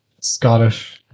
Scottish